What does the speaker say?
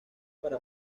para